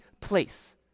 place